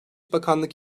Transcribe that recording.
bakanlık